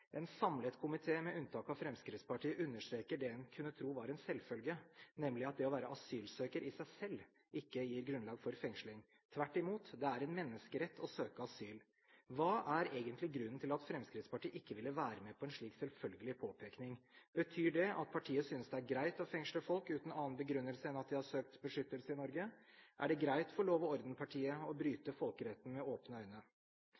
En samlet komité, med unntak av Fremskrittspartiet, understreker det en kunne tro er en selvfølge, nemlig at det å være asylsøker i seg selv ikke gir grunnlag for fengsling. Tvert imot – det er en menneskerett å søke asyl. Hva er egentlig grunnen til at Fremskrittspartiet ikke ville være med på en slik selvfølgelig påpekning? Betyr det at partiet synes det er greit å fengsle folk uten annen begrunnelse enn at de har søkt beskyttelse i Norge? Er det greit for